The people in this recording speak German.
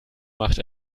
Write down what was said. macht